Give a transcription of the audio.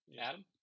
Adam